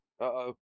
Uh-oh